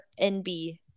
NB